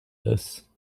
this